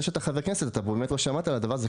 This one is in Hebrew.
זה שאתה חבר כנסת אולי באמת לא שמעת על הדבר הזה,